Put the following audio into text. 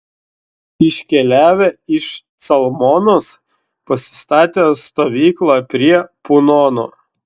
iškeliavę iš calmonos pasistatė stovyklą prie punono